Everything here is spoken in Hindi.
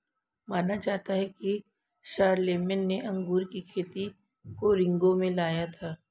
माना जाता है कि शारलेमेन ने अंगूर की खेती को रिंगौ में लाया था